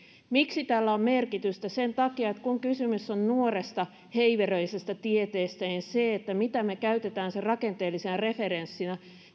miksi tällä on merkitystä sen takia että kun kysymys on nuoresta heiveröisestä tieteestä niin se mitä me käytämme sen rakenteellisena referenssinä